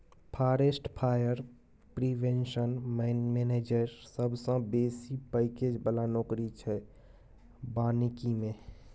forest fire prevention manager सबसँ बेसी package बला नौकरी छै बानिकी मे